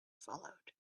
followed